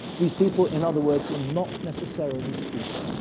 these people, in other words, were not necessarily stupid.